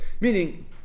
Meaning